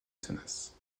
tenace